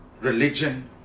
religion